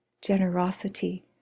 Generosity